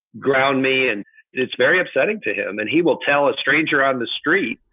ground me. and it's very upsetting to him. and he will tell a stranger on the street,